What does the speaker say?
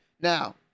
Now